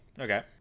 Okay